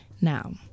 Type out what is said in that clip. now